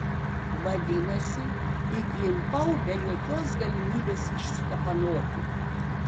vadinasi įklimpau be jokios galimybės išsikapanoti